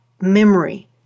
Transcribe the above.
memory